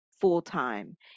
full-time